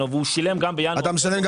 השכירות שלו והוא שילם גם בינואר שכירות,